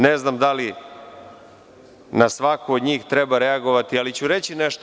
Ne znam da li na svaku od njih treba reagovati, ali ću reći nešto.